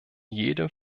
jedem